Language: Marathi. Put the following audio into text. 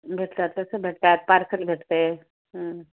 भेटतात तसं भेटतात पार्सल भेटतं आहे